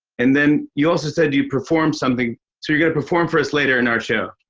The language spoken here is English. and then you also said you'd perform something, so you're gonna perform for us later in our show.